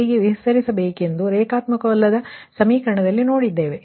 ಹೇಗೆ ವಿಸ್ತರಿಸಬೇಕೆಂದು ರೇಖಾತ್ಮಕವಲ್ಲದ ಸಮೀಕರಣದಲ್ಲಿ ನಾವು ಈಗ ನೋಡಿದ್ದೇವೆ